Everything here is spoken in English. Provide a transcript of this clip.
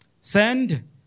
Send